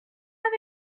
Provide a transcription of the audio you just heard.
avec